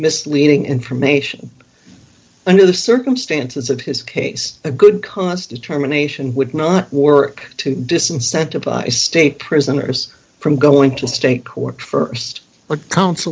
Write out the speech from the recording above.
misleading information under the circumstances of his case a good cause determination would not work to disincentive by state prisoners from going to state court st are coun